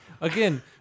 again